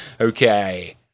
Okay